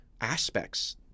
aspects